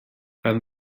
pan